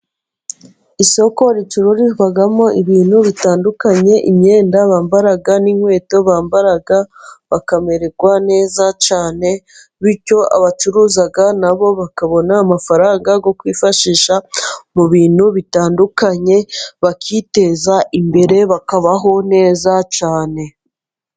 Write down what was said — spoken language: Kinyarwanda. Isoko ricururizwamo ibintu bitandukanye, imyenda bambara n'inkweto bambara bakamererwa neza cyane, bityo abacuruza na bo bakabona amafaranga yo kwifashisha mu bintu bitandukanye, bakiteza imbere bakabaho neza cyane.